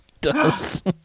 Dust